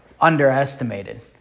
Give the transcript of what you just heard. underestimated